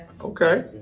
Okay